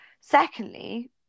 Secondly